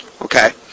Okay